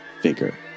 figure